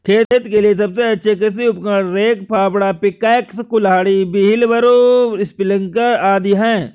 खेत के लिए सबसे अच्छे कृषि उपकरण, रेक, फावड़ा, पिकैक्स, कुल्हाड़ी, व्हीलब्रो, स्प्रिंकलर आदि है